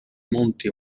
monti